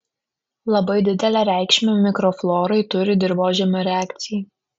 labai didelę reikšmę mikroflorai turi dirvožemio reakcija